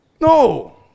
No